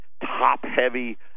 top-heavy